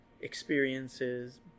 experiences